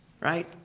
right